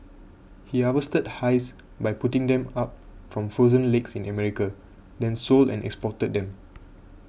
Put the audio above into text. he harvested ice by putting them up from frozen lakes in America then sold and exported them